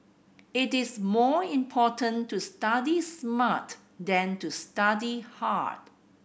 it is more important to study smart than to study hard